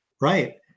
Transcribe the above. right